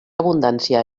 abundància